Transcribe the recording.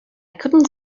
couldn’t